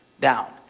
down